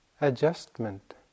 adjustment